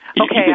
Okay